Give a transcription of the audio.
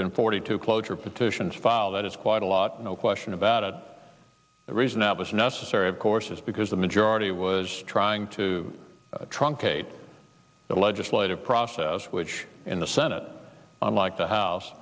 been forty two cloture petitions file that is quite a lot no question about it the reason that was necessary of course is because the majority was trying to truncate the legislative process which in the senate unlike the house